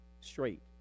straight